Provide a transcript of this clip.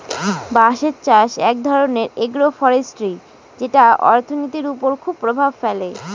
বাঁশের চাষ এক ধরনের এগ্রো ফরেষ্ট্রী যেটা অর্থনীতির ওপর খুব প্রভাব ফেলে